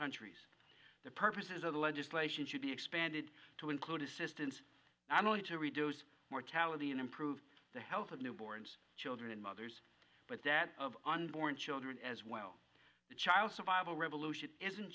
countries the purposes of the legislation should be expanded to include assistance i'm going to reduce mortality and improve the health of newborns children and mothers but that of unborn children as well the child survival revolution isn't